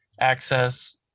access